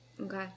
Okay